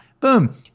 Boom